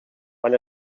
quan